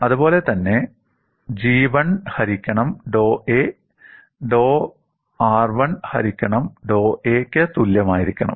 അത് പോലെ തന്നെ G1 ഹരിക്കണം ഡോ a ഡോ R1 ഹരിക്കണം ഡോ aക്ക് തുല്യമായിരിക്കണം